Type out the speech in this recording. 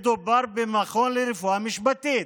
מדובר במכון לרפואה משפטית,